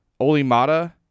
Olimata